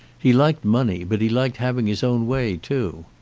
he liked money, but he liked having his own way too.